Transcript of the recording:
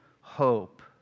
hope